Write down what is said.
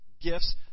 gifts